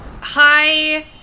Hi